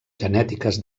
genètiques